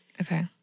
Okay